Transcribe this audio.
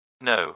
No